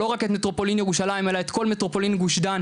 לא רק את מטרופולין ירושלים אלא את כל מטרופולין גוש דן,